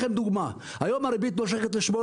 היום הריבית נושקת ל-8%.